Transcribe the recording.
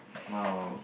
!wow!